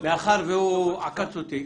מאחר והוא עקץ אותי,